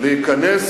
להיכנס